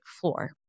floor